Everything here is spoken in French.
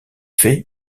fait